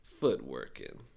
Footworkin